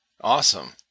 Awesome